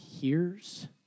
hears